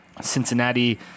Cincinnati